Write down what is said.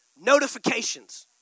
Notifications